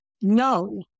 no